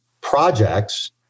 projects